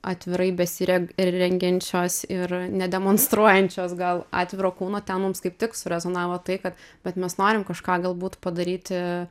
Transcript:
atvirai besireg rengiančios ir nedemonstruojančios gal atviro kūno ten mums kaip tik surezonavo tai kad bet mes norim kažką galbūt padaryti